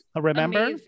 remember